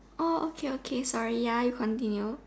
oh okay okay sorry ya you continue